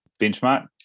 benchmark